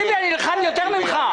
טיבי, אני נלחם יותר ממך.